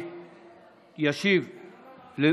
דודי,